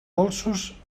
dolços